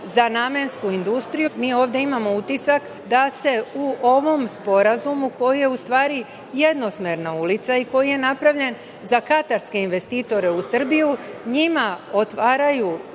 za namensku industriju, tako da mi ovde imamo utisak da se u ovom sporazumu, koji je u stvari jednosmerna ulica i koji je napravljen za katarske investitore u Srbiju, njima otvaraju